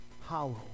hollow